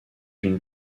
une